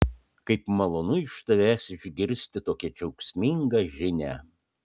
kaip malonu iš tavęs išgirsti tokią džiaugsmingą žinią